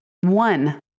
One